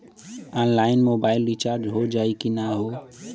Online mobile recharge हो जाई की ना हो?